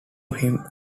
him